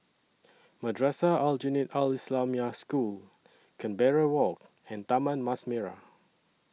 Madrasah Aljunied Al Islamic School Canberra Walk and Taman Mas Merah